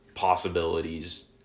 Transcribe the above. possibilities